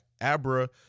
Abra